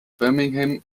birmingham